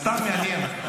סתם מעניין.